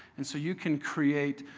and so you can create,